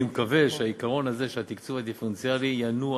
אני מקווה שהעיקרון הזה של התקצוב הדיפרנציאלי ינוע